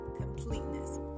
completeness